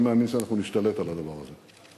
אני מאמין שאנחנו נשתלט על הדבר הזה,